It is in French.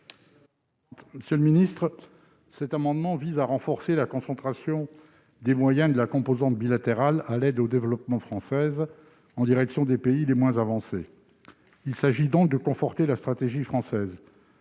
Todeschini. Cet amendement vise à renforcer la concentration des moyens de la composante bilatérale de l'aide au développement française en direction des pays les moins avancés et de conforter ainsi la stratégie française.